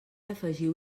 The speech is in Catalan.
afegiu